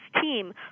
team